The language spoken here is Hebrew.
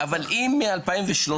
אבל אם מ-2013,